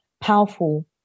powerful